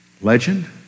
legend